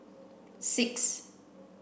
six